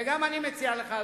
ואני מציע גם לך,